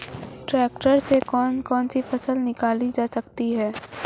Tractor से कौन कौनसी फसल निकाली जा सकती हैं?